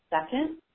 second